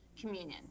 communion